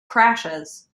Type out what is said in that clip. crashes